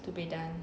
to be done